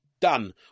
done